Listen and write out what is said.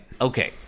Okay